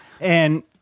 And-